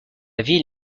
ville